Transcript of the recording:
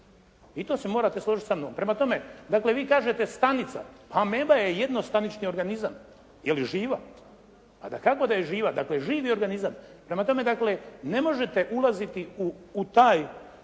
I to se morate složiti sa mnom. Prema tome dakle vi kažete stanica. Ameba je jednostanični organizam. Je li živa? A dakako a je živa. Dakle živi organizam. Prema tome dakle ne možete ulaziti u taj,